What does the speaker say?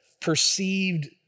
perceived